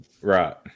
Right